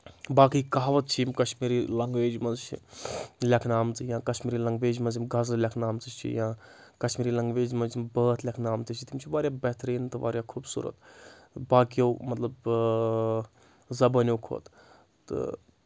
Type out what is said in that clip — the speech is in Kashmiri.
باقٕے کہاوَت چھِ یِم کشمیٖری لنٛگویج منٛز چھِ لیکھنہٕ آمژٕ یا کشمیٖری لَنٛگویج منٛز یِم گَزٕل لیکھنہٕ آمژٕ چھِ یا کشمیٖری لنٛگویجہِ منٛز یِم بٲتھ لیکھنہٕ آمژٕ چھِ تِم چھِ واریاہ بہتریٖن تہٕ واریاہ خوٗبصوٗرت باقیو مطلب آ زَبٲنیو کھۄتہٕ تہٕ